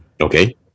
Okay